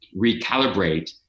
recalibrate